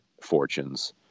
fortunes